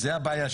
זו הבעיה,